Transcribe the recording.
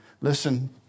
listen